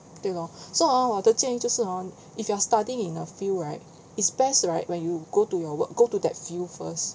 对 lor so hor 我的建议就是 hor if you are studying in a field right it's best right when you go to your work go to that field first